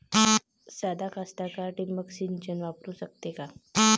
सादा कास्तकार ठिंबक सिंचन वापरू शकते का?